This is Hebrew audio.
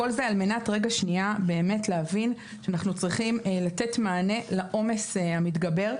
כל זה על מנת להבין שאנחנו צריכים לתת מענה לעומס המתגבר.